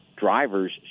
drivers